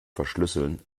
verschlüsseln